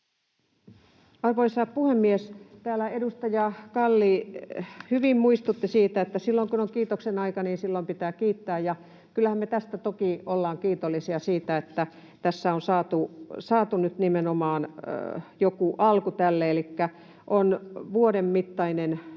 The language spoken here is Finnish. Arvoisa puhemies! Täällä edustaja Kalli hyvin muistutti siitä, että silloin, kun on kiitoksen aika, niin silloin pitää kiittää. Ja kyllähän me toki olemme kiitollisia siitä, että tässä on saatu nyt nimenomaan joku alku tälle, elikkä on vuoden mittainen alku